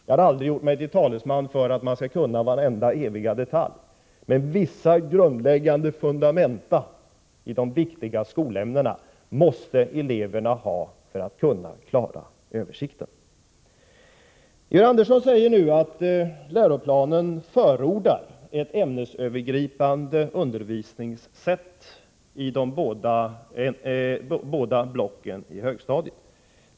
Jag har aldrig gjort mig till talesman för att man skall kunna vareviga detalj, men vissa grundläggande fundament i de viktiga skolämnena måste eleverna ha för att också kunna klara översikten. Georg Andersson säger att läroplanen förordar ett ämnesövergripande undervisningssätt inom de båda blocken på högstadiet.